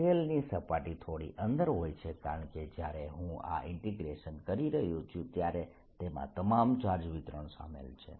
શેલની સપાટી થોડી અંદર હોય છે કારણ કે જ્યારે હું આ ઇન્ટગ્રેશન કરી રહ્યો છું ત્યારે તેમાં તમામ ચાર્જ વિતરણ શામેલ છે